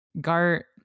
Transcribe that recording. Gart